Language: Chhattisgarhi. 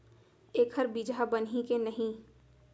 एखर बीजहा बनही के नहीं?